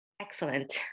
Excellent